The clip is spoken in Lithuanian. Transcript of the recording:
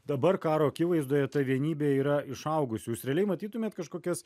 dabar karo akivaizdoje ta vienybė yra išaugusi jūs realiai matytumėt kažkokias